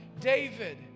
David